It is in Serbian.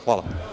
Hvala.